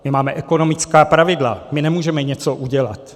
My máme ekonomická pravidla, my nemůžeme něco udělat.